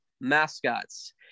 mascots